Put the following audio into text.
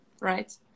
Right